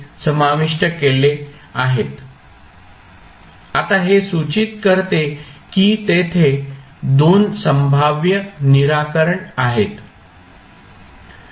आता हे सूचित करते की तेथे 2 संभाव्य निराकरण आहेत